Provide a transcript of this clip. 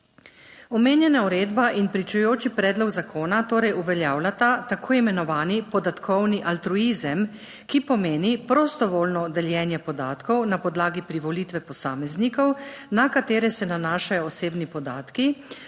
Omenjena uredba in pričujoči predlog zakona torej uveljavljata tako imenovani podatkovni altruizem, ki pomeni prostovoljno deljenje podatkov na podlagi privolitve posameznikov, na katere se nanašajo osebni podatki,